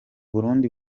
burundi